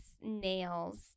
nails